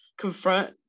confront